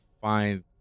find